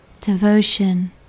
devotion